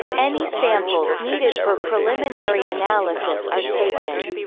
any samples needed for preliminary analysis are taken.